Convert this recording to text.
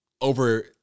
over